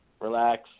Relax